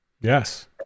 Yes